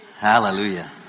Hallelujah